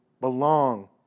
belong